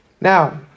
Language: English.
Now